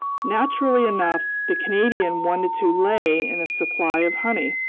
naturally enough, the canadian wanted to lay in a supply of honey,